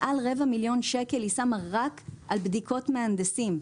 מעל רבע מיליון שקל היא שמה רק על בדיקות מהנדסים.